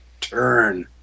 turn